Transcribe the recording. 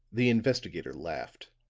the investigator laughed.